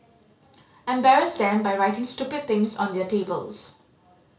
embarrass them by writing stupid things on their tables